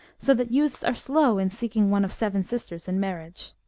so that youths are slow in seeking one of seven sisters in marriage.